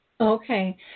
Okay